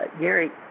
Gary